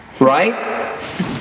Right